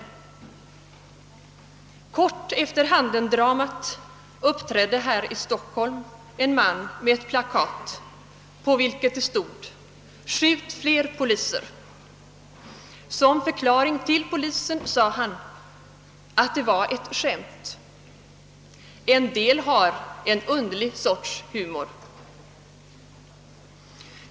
Kort efter Handen-dramat uppträdde här i Stockholm en man med ett plakat på vilket det stod »Skjut flera poliser». Som förklaring till polisen sa han, att det var ett skämt. Somliga har en underlig sorts humor.